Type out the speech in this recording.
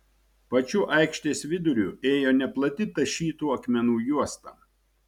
pačiu aikštės viduriu ėjo neplati tašytų akmenų juosta